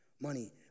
money